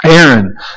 Aaron